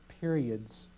periods